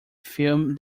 film